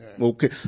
Okay